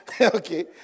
okay